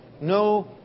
no